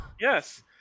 Yes